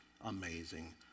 amazing